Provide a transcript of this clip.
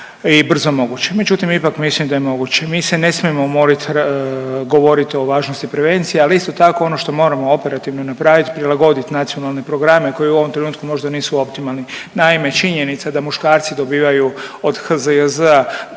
i brzo moguće. Međutim, ipak mislim da je moguće. Mi se ne smijemo umoriti govoriti o važnosti prevencije, ali isto tako, ono što moramo operativno napraviti, prilagoditi nacionalne programe koji u ovom trenutku možda nisu optimalni. Naime, činjenica da muškarci dobivaju od HZJZ-a